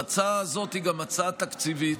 ההצעה הזאת היא גם הצעה תקציבית,